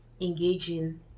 engaging